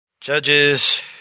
Judges